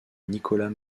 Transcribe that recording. nicolas